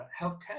healthcare